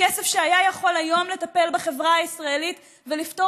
כסף שהיה יכול היום לטפל בחברה הישראלית ולפתור